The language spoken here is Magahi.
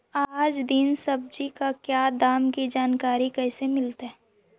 आज दीन सब्जी का क्या दाम की जानकारी कैसे मीलतय?